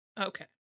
Okay